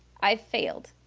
i failed.